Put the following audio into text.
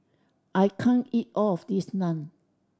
I can't eat all of this Naan